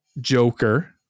Joker